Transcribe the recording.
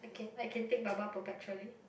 okay I can take Baba perpetually